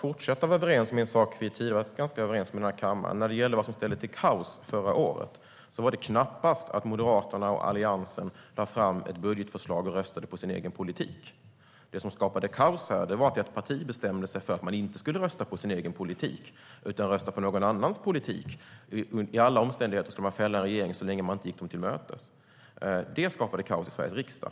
fortsätta vara överens om en sak som vi tidigare har varit ganska överens om här i kammaren, Rossana Dinamarca. Det gäller vad som ställde till kaos förra året. Det var knappast att Moderaterna och Alliansen lade fram ett budgetförslag och röstade på sin egen politik. Det som skapade kaos var att ett parti bestämde sig för att inte rösta på sin egen politik utan på någon annans politik. Man skulle under alla omständigheter fälla en regering. Det skapade kaos i Sveriges riksdag.